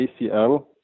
ACL